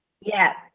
Yes